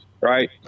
Right